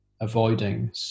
avoiding